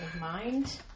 mind